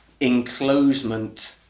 enclosement